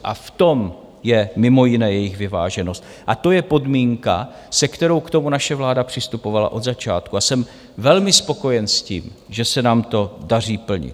V tom je mimo jiné jejich vyváženost a to je podmínka, se kterou k tomu naše vláda přistupovala od začátku a jsem velmi spokojen s tím, že se nám to daří plnit.